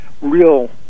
real